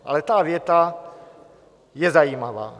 Ale ta věta je zajímavá.